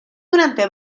durante